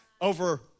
over